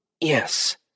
Yes